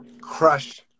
crush